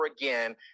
again